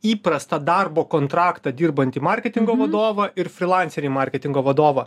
įprastą darbo kontraktą dirbantį marketingo vadovą ir frilanserį marketingo vadovą